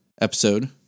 episode